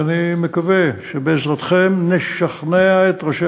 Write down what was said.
ואני מקווה שבעזרתכם נשכנע את ראשי